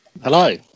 Hello